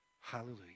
Hallelujah